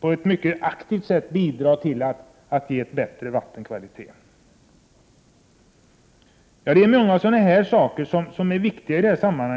på ett aktivt sätt bidra till en bättre vattenkvalitet. Många sådana här saker är viktiga i detta sammanhang.